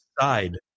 side